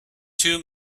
two